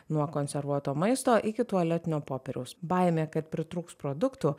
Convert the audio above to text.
nuo konservuoto maisto iki tualetinio popieriaus baimė kad pritrūks produktų